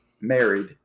married